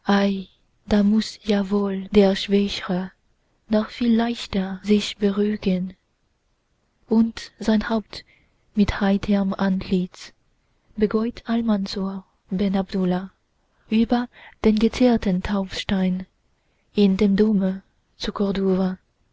da muß ja wohl der schwächre noch viel leichter sich beruhgen und sein haupt mit heiterm antlitz beugt almansor ben abdullah über den gezierten taufstein in dem dome zu